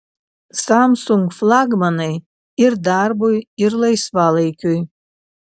samsung flagmanai ir darbui ir laisvalaikiui